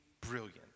brilliant